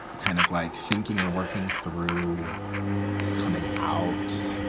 kind of like thinking and working through coming out.